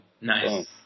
Nice